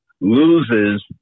loses